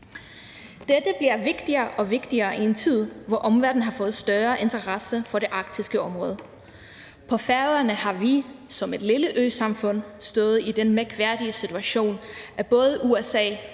Dette bliver vigtigere og vigtigere i en tid, hvor omverdenen har fået større interesse for det arktiske område. På Færøerne har vi som et lille øsamfund stået i den mærkværdige situation, at både USA